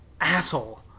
asshole